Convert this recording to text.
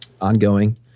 ongoing